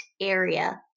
area